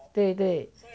对